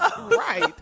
right